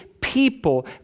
people